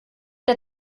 der